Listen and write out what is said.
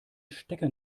stecker